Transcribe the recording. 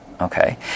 Okay